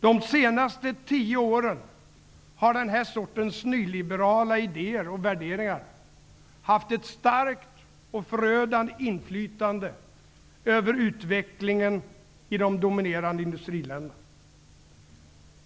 De senaste tio åren har den här sortens nyliberala idéer och värderingar haft ett starkt och förödande inflytande över utvecklingen i de dominerande industriländerna.